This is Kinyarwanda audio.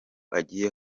agiye